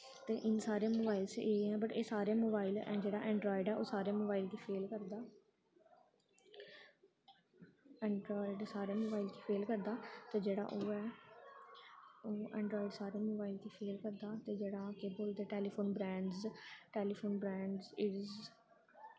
ते इन सारे मोबाइलस एह् ऐं बट एह् सारे मोबाइल एह् जेह्ड़ा ऐंडरायड ऐ ओह् सारें मोबाइल बी फेल करदा ऐंडरायड सारें मोबाइल गी फेल करदा ते जेह्ड़ा ओह् ऐ ओह् ऐंडरायड सारें मोबाइल गी फेल करदा ते जेह्ड़ा केह् बोलदे टैलीफोन ब्रैंडस टैलीफोन ब्रैंडस इस च